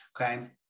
Okay